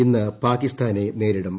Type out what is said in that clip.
ഇന്ന് പാകിസ്ഥാനെ നേരിടും